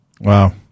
Wow